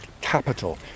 capital